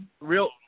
real